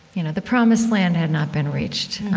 you know, the promised land had not been reached